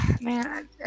Man